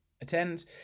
attend